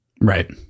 Right